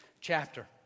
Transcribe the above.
chapter